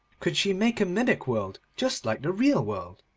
could she make a mimic world just like the real world?